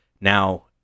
Now